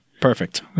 Perfect